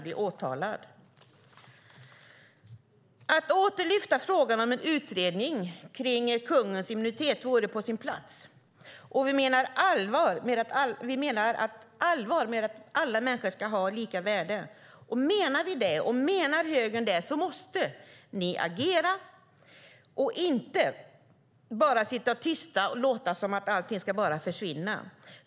Det vore på sin plats att åter lyfta frågan om en utredning om kungens immunitet om vi menar allvar med att alla människor ska ha lika värde. Om vi menar det - och om högern menar det - måste ni agera och inte bara sitta tysta och låta som att allting bara ska försvinna.